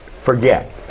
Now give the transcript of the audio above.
forget